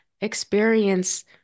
experience